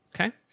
Okay